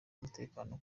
umutekano